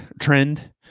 trend